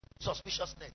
Suspiciousness